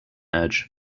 edge